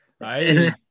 right